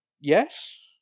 Yes